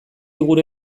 gure